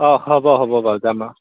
অঁ হ'ব হ'ব বাৰু যাম অঁ